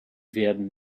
werden